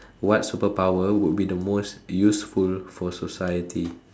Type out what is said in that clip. what superpower would be the most useful for society